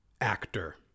actor